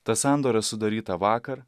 ta sandora sudaryta vakar